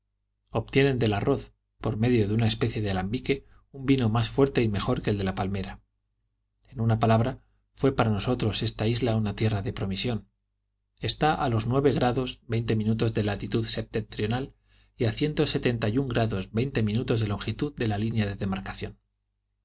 obtienen del arroz por medio de una especie de alambique un vino más fuerte y mejor que el de palmera en una palabra fué para nosotros esta isla una tierra de promisión está a los nueve grados veinte minutos de latitud septentrional y ciento setenta y un grado veinte minutos de longitud de la línea de demarcación